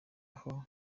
aho